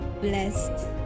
blessed